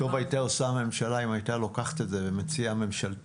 טוב הייתה עושה הממשלה אם היא הייתה לוקחת את זה ומציעה ממשלתית,